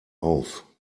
auf